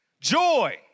Joy